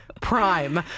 prime